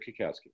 Kukowski